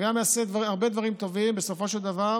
וזה גם יעשה הרבה דברים טובים בסופו של דבר